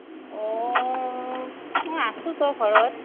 অঁ মই আছোতো ঘৰত